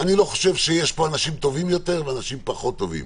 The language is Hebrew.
חושב שיש פה אנשים טובים יותר או פחות טובים